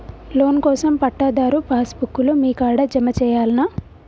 Loan కోసం పట్టాదారు pass book లు మీ కాడా జమ చేయల్నా?